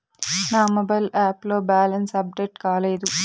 నా mobile app లో balance update కాలేదు